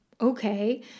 okay